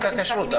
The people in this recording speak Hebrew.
חוק הכשרות,